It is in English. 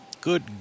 Good